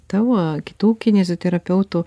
tavo kitų kineziterapeutų